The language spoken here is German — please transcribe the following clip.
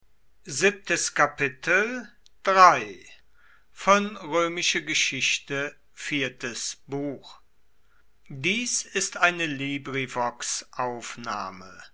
dies ist die